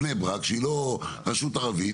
בני ברק שהיא לא רשות ערבית,